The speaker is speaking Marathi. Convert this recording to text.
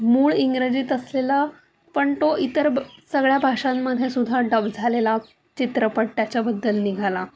मूळ इंग्रजीत असलेला पण तो इतर ब सगळ्या भाषांमध्ये सुद्धा डब झालेला चित्रपट त्याच्याबद्दल निघाला